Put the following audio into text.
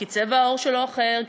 כי צבע העור שלו אחר,